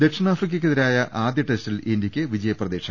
ദക്ഷിണാഫ്രിക്കക്കെതിരായ ആദ്യ ടെസ്റ്റിൽ ഇന്ത്യയ്ക് വിജയ പ്രതീക്ഷ